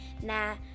nah